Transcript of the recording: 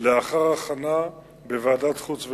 לאחר הכנה בוועדת חוץ וביטחון.